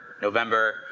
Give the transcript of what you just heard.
November